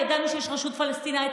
ידענו שיש רשות פלסטינית,